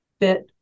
fit